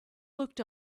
looked